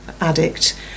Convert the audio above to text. addict